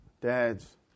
Dads